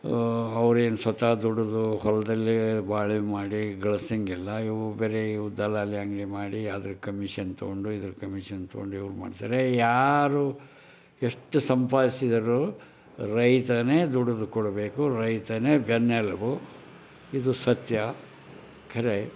ಅವರೇನು ಸ್ವತಃ ದುಡಿದು ಹೊಲದಲ್ಲಿ ಬಾಳ್ವೆ ಮಾಡಿ ಗಳಿಸೋಂಗಿಲ್ಲ ಇವು ಬೇರೆ ದಲ್ಲಾಳಿ ಹಂಗೆ ಮಾಡಿ ಅದ್ರ ಕಮಿಷನ್ ತಗೊಂಡು ಇದ್ರ ಕಮಿಷನ್ ತಗೊಂಡು ಇವರು ಮಾಡ್ತಾರೆ ಯಾರು ಎಷ್ಟು ಸಂಪಾದಿಸಿದರು ರೈತನೇ ದುಡಿದು ಕೊಡಬೇಕು ರೈತನೇ ಬೆನ್ನೆಲುಬು ಇದು ಸತ್ಯ ಖರೆ